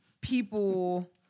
people